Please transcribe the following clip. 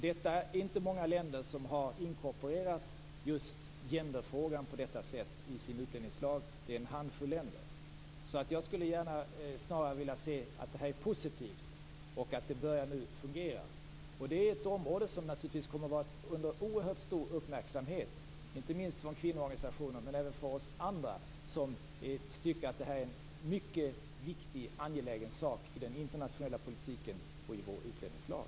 Det är inte många länder som har inkorporerat just genderfrågan på detta sätt i sin utlänningslag. Det är en handfull länder. Jag skulle snarare vilja se det som något positivt och som tecken på att det nu börjar fungera. Det är ett område som naturligtvis kommer att få oerhört stor uppmärksamhet inte minst från kvinnoorganisationer men även från oss andra som tycker att detta är en mycket viktig och angelägen sak i den internationella politiken och i vår utlänningslag.